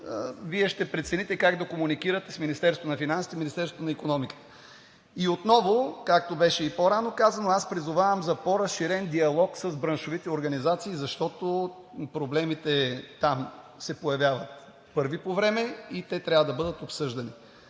Вие ще прецените как да комуникирате с Министерството на финансите и с Министерството на икономиката. И отново, както беше казано и по-рано, аз призовавам за по разширен диалог с браншовите организации, защото там проблемите се появяват първи по време и трябва да бъдат обсъждани.